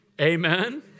Amen